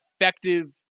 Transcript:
effective